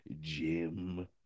Jim